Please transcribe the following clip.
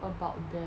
about there